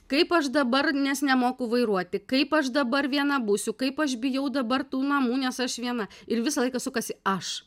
kaip aš dabar nes nemoku vairuoti kaip aš dabar viena būsiu kaip aš bijau dabar tų namų nes aš viena ir visą laiką sukasi aš